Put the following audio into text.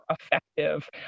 effective